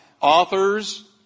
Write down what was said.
authors